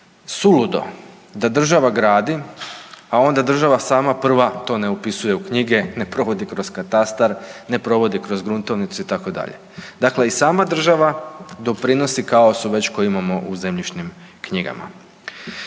suludo da država gradi, a onda država sama prva to ne upisuje u knjige, ne provodi kroz katastar, ne provodi kroz gruntovnicu itd. Dakle, i sama država doprinosi kaosu već koji imamo u zemljišnim knjigama.